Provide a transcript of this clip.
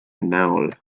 näol